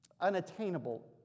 unattainable